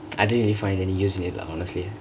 I didn't really find any use in it lah honestly